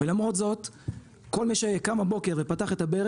לכן התנגדנו ואני שמח שיש חזרה בתשובה על "מקורות"